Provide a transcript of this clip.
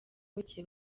buke